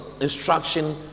instruction